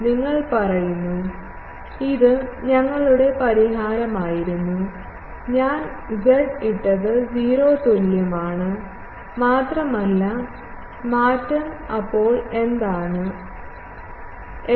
നിങ്ങൾ പറയുന്നു ഇത് ഞങ്ങളുടെ പരിഹാരമായിരുന്നു ഞാൻ z ഇട്ടത് 0 ന് തുല്യമാണ് മാത്രമല്ല മാറ്റം അപ്പോൾ എന്താണ് ft